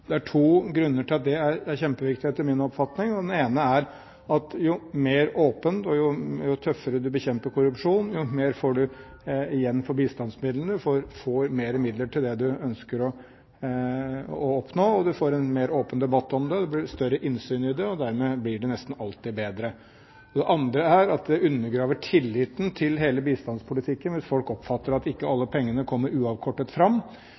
Det er to grunner til at det er kjempeviktig, etter min oppfatning, og den ene er at jo mer åpen og jo tøffere du bekjemper korrupsjon, jo mer får du igjen for bistandsmidlene. Du får mer midler til det du ønsker å oppnå, og du får en mer åpen debatt om det. Det blir større innsyn i det, og dermed blir det nesten alltid bedre. Det andre er at det undergraver tilliten til hele bistandspolitikken hvis folk oppfatter at ikke alle pengene kommer uavkortet fram.